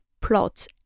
plot